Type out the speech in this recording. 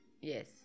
Yes